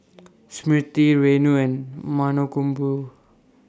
Smriti Renu and Mankombu